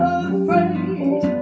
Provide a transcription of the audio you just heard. afraid